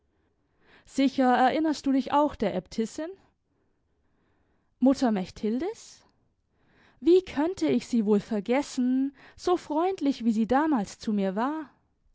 sicher erinnerst du dich auch der äbtissin mutter mechthildis wie könnte ich sie wohl vergessen so freundlich wie sie damals zu mir war